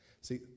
See